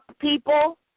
people